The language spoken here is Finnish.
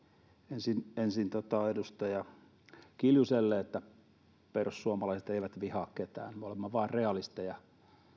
ensin ensin edustaja kiljuselle perussuomalaiset eivät vihaa ketään me olemme vain realisteja